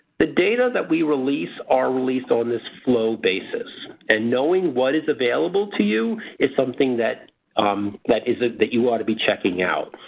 the data that we release are released on this flow basis. and knowing what is available to you is something that um that is a that you ought to be checking out.